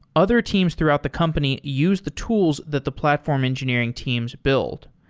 other teams throughout the company use the tools that the platform engineering teams build.